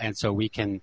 and so we can